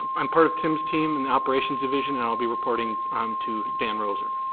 i'm part of tim's team in the operations division and i'll be reporting um to dan roeser,